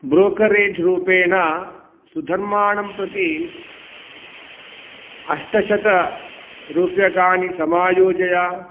brokerage रूपेण सुधर्माणं प्रति अष्टशतरूप्यकाणि समायोजय